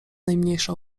najmniejsza